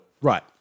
Right